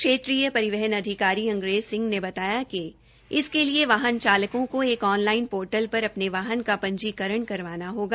क्षेत्रीय परिवहन अधिकारी अंग्रेज सिह ने बताया कि इसके लिए वाहन चालकों को एक ऑनलाइन पोर्टल पर अपने वाहन का पंजीकरण करवाना होगा